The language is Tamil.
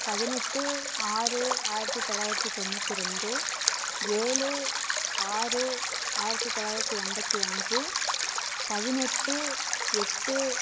பதினெட்டு ஆறு ஆயிரத்தி தொள்ளாயிரத்தி தொண்ணூற்றி ரெண்டு ஏழு ஆறு ஆயிரத்தி தொள்ளாயிரத்தி எண்பத்தி அஞ்சு பதினெட்டு எட்டு